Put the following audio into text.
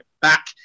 back